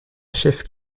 chef